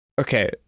Okay